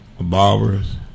barbers